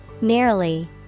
Nearly